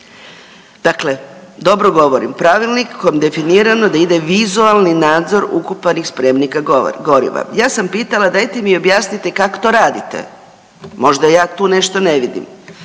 Dakle, dobro govorim, pravilnikom definirano da ide vizualni nadzor ukopanih spremnika goriva. Ja sam pitala dajte mi objasnite kako to radite? Možda ja tu nešto ne vidim